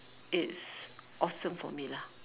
it's awesome for me lah